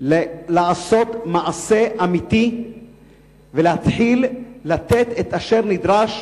לעשות מעשה אמיתי ולהתחיל לתת את אשר נדרש